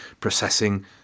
processing